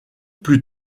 plus